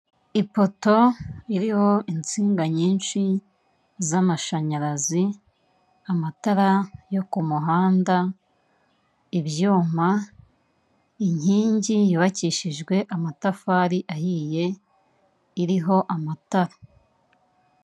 Ipoto iriho insinga nyinshi z'amashanyarazi, amatara yo ku muhanda, ibyuma, inkingi yubakishijwe amatafari ahiye, iriho amatara.